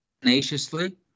tenaciously